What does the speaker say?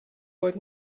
باید